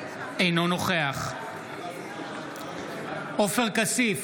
אינו נוכח עופר כסיף,